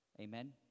Amen